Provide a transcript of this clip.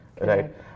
right